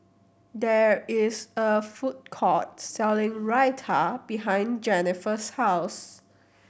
there is a food court selling Raita behind Jenniffer's house